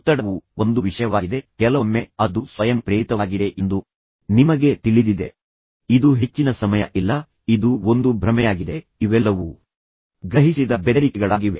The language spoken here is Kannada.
ಒತ್ತಡವು ಒಂದು ವಿಷಯವಾಗಿದೆ ಕೆಲವೊಮ್ಮೆ ಅದು ಸ್ವಯಂ ಪ್ರೇರಿತವಾಗಿದೆ ಎಂದು ನಿಮಗೆ ತಿಳಿದಿದೆ ಇದು ಹೆಚ್ಚಿನ ಸಮಯ ಇಲ್ಲ ಇದು ಒಂದು ಭ್ರಮೆಯಾಗಿದೆ ಇವೆಲ್ಲವೂ ಗ್ರಹಿಸಿದ ಬೆದರಿಕೆಗಳಾಗಿವೆ